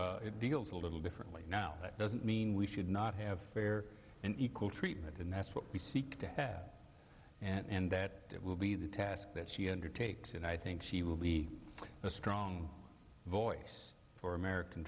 t deals a little differently now that doesn't mean we should not have fair and equal treatment and that's what we seek to have and that will be the task that she undertakes and i think she will be a strong voice for american